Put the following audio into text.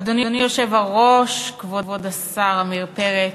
אדוני היושב-ראש, כבוד השר עמיר פרץ,